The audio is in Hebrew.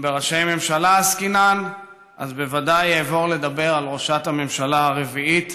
אם בראשי ממשלה עסקינן אז בוודאי אעבור לדבר על ראשת הממשלה הרביעית,